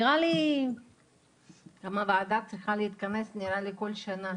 נראה לי שהוועדה צריכה להתכנס כל שנה,